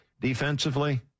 Defensively